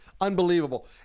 unbelievable